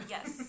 Yes